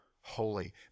holy